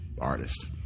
artist